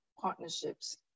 partnerships